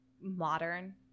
modern